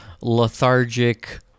lethargic